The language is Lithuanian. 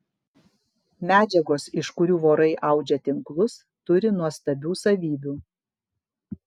medžiagos iš kurių vorai audžia tinklus turi nuostabių savybių